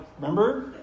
remember